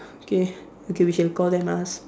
okay okay we shall call them ask